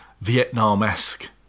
Vietnam-esque